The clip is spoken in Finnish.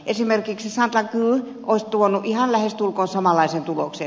esimerkiksi sainte lague olisi tuonut ihan lähestulkoon samanlaisen tuloksen